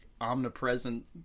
omnipresent